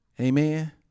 Amen